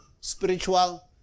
spiritual